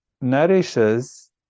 nourishes